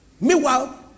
Meanwhile